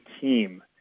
team